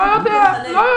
לא יודע.